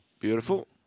Beautiful